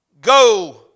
Go